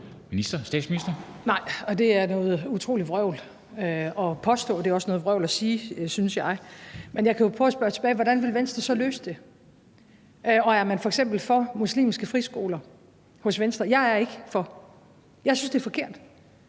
det er noget utroligt vrøvl at påstå. Det er også noget vrøvl at sige, synes jeg. Men jeg kan jo prøve at spørge tilbage: Hvordan vil Venstre så løse det? Og er man hos Venstre f.eks. for muslimske friskoler? Jeg er ikke for. Jeg synes, det er forkert.